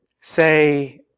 say